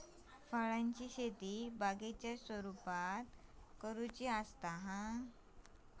फळांची शेती बागेच्या स्वरुपात केली जाता